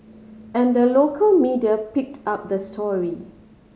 and the local media picked up the story